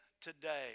today